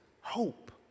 hope